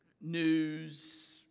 news